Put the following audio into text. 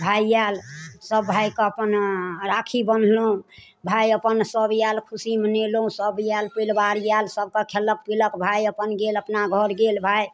भाय आयल सब भायके अपन राखी बन्हलहुँ भाय अपन सब आयल खुशी मनेलहुँ सब आयल परिवार आयल सबके खेलक पीलक भाय अपन गेल अपना घर गेल भाइ